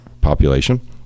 population